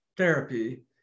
Therapy